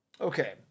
Okay